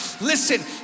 Listen